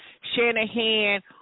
Shanahan